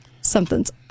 something's